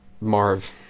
Marv